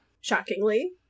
Shockingly